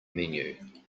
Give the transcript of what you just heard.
menu